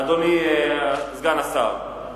אדוני סגן השר.